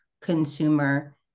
consumer